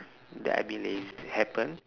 that I been lazy happen